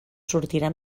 sortirà